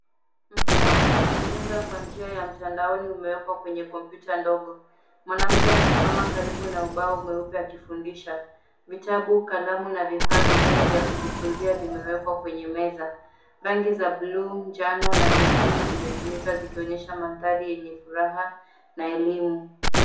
Mfumo wa kujifunza kwa njia ya mtandaoni umeekwa kwenye kompyuta ndogo. Mwanamke amesimama karibu na ubao mweupe akifundisha. Vitabu, kalamu na vifaa vingine vya kujifunzia vimeekwa kwenye meza. Rangi za buluu, njano na nyekundu zimetumika zikionyesha mandhari yenye furaha na elimu.